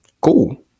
Cool